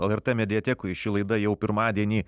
lrt mediatekoj ši laida jau pirmadienį